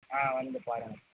வந்து பாருங்க